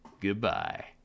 Goodbye